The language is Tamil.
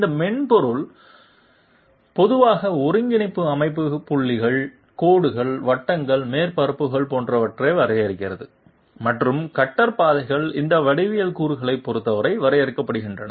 இந்த மென்பொருள் பொதுவாக ஒருங்கிணைப்பு அமைப்புகள் புள்ளிகள் கோடுகள் வட்டங்கள் மேற்பரப்புகள் போன்றவற்றை வரையறுக்கிறது மற்றும் கட்டர் பாதைகள் இந்த வடிவியல் கூறுகளைப் பொறுத்தவரை வரையறுக்கப்படுகின்றன